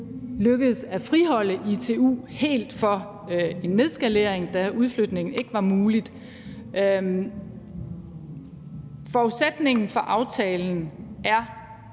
lykkedes at friholde ITU helt for en nedskalering, da udflytning ikke var mulig. Forudsætningen for aftalen er,